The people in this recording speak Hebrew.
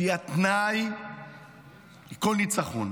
שהיא התנאי לכל ניצחון,